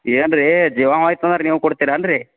ಏನ್ರೀ ಜೀವ ಹೋಯಿತು ಅಂದ್ರೆ ನೀವು ಕೊಡ್ತಿರೇನ್ರಿ